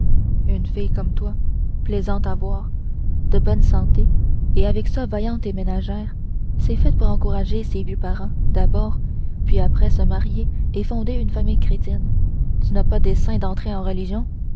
une fille comme toi plaisante à voir de bonne santé et avec ça vaillante et ménagère c'est fait pour encourager ses vieux parents d'abord et puis après se marier et fonder une famille chrétienne tu n'as pas dessein d'entrer en religion